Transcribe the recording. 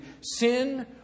sin